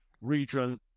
region